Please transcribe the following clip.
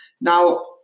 Now